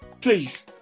please